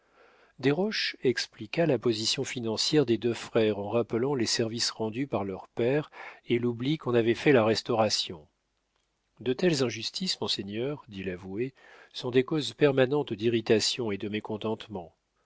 connaissance desroches expliqua la position financière des deux frères en rappelant les services rendus par leur père et l'oubli qu'en avait fait la restauration de telles injustices monseigneur dit l'avoué sont des causes permanentes d'irritation et de mécontentement